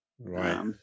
Right